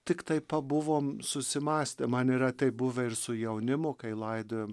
tiktai pabuvom susimąstę man yra taip buvę ir su jaunimu kai laidojom